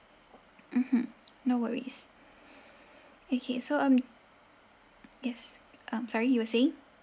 mmhmm no worries okay so um yes um sorry you were saying